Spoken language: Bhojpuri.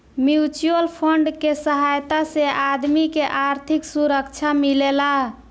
म्यूच्यूअल फंड के सहायता से आदमी के आर्थिक सुरक्षा मिलेला